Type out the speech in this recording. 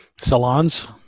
Salons